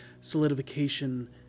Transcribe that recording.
solidification